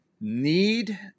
need